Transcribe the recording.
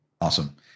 Awesome